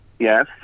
Yes